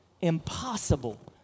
Impossible